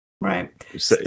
Right